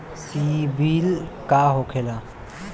सीबील का होखेला?